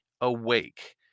awake